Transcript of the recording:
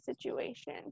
situation